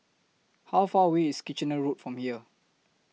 How Far away IS Kitchener Road from here